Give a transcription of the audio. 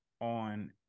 on